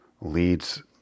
leads